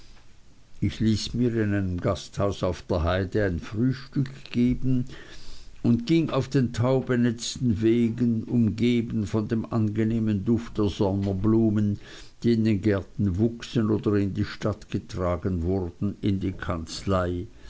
ich ließ mir in einem gasthaus auf der haide ein frühstück geben und ging auf den taubenetzten wegen umgeben von dem angenehmen duft der sommerblumen die in den gärten wuchsen oder in die stadt getragen wurden in die kanzlei